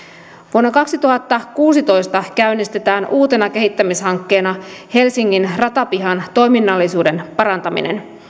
vuonna kaksituhattakuusitoista käynnistetään uutena kehittämishankkeena helsingin ratapihan toiminnallisuuden parantaminen